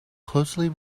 closely